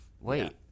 Wait